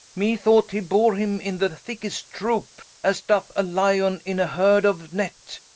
me thought he bore him in the thickest troupe, as doth a lyon in a heard of neat,